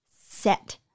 set